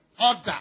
order